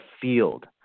field